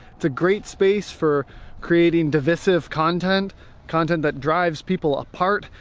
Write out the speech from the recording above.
it's a great space for creating divisive content content that drives people apart,